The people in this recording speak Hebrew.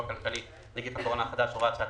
כלכלי (נגיף הקורונה החדש) (הוראת שעה),